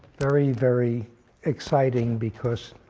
very, very exciting because,